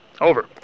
Over